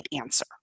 answer